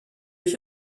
ich